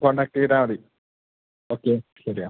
contact ചെയ്യ്താൽ മതി okay ശരി ആ